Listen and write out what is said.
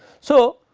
so,